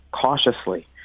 cautiously